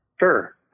Sure